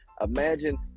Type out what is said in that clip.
Imagine